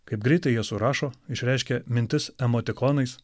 kaip greitai jie surašo išreiškia mintis emotikonais